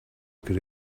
could